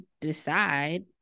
decide